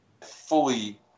fully